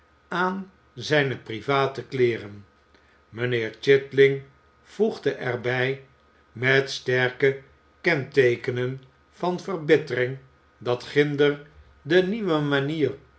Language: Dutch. aan zijne private kleeren mijnheer chitling voegde er bij met sterke kenteekenen van verbittering dat ginder de nieuwe manier